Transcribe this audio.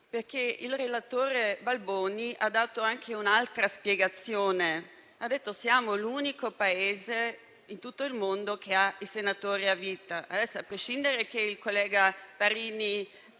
senatore Balboni, ha dato anche un'altra spiegazione, dicendo che siamo l'unico Paese in tutto il mondo ad avere i senatori a vita.